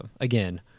again